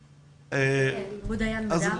בדיון.